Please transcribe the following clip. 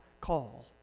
call